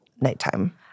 nighttime